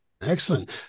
Excellent